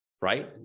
right